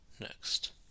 Next